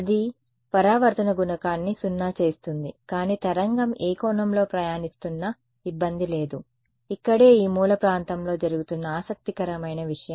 అది పరావర్తన గుణకాన్ని 0 చేస్తుంది కానీ తరంగం ఏ కోణంలో ప్రయాణిస్తున్నా ఇబ్బంది లేదు ఇక్కడే ఈ మూల ప్రాంతంలో జరుగుతున్న ఆసక్తికరమైన విషయం